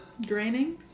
Draining